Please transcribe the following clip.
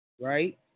right